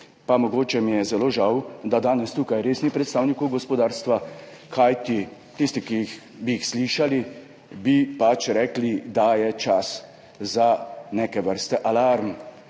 zelo mi je žal, da danes tukaj res ni predstavnikov gospodarstva, kajti tisti, ki bi jih slišali, bi rekli, da je čas za neke vrste alarm.